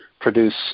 produce